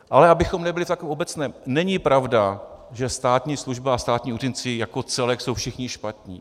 Ale abychom nebyli v takovém obecném, není pravda, že státní služba a státní úředníci jako celek jsou všichni špatní.